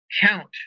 count